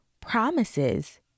promises